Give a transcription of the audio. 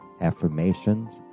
affirmations